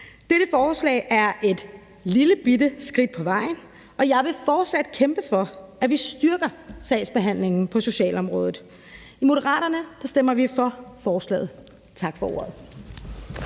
Dette forslag er et lillebitte skridt på vejen, og jeg vil fortsat kæmpe for, at vi styrker sagsbehandlingen på socialområdet. I Moderaterne stemmer vi for forslaget. Tak for ordet.